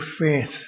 faith